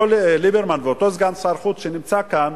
אותו ליברמן ואותו סגן שר חוץ שנמצא כאן,